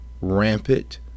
Rampant